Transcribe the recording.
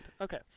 Okay